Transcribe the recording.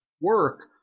work